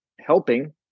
helping